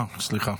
אה, סליחה.